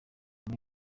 muri